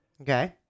Okay